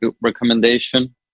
recommendation